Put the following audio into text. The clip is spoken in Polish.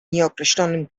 nieokreślonym